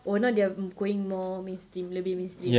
oh now they are going more mainstream lebih mainstream